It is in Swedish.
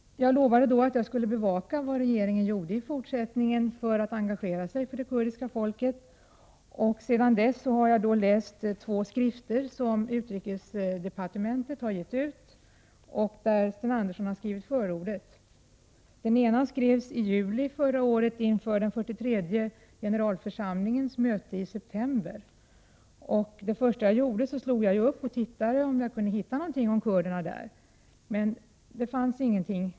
Jag lovade då att jag skulle bevaka vad regeringen i fortsättningen gör för det kurdiska folket. Sedan dess har jag läst två skrifter som utrikesdepartementet har gett ut och där Sten Andersson har skrivit förordet. Den ena skriften kom ut i juli förra året inför den 43 generalförsamlingens möte i september. Det första jag gjorde var att slå upp och se vad jag kunde hitta om kurderna. Där fanns ingenting.